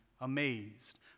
amazed